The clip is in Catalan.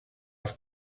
els